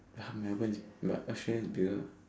ah Melbourne but extreme beer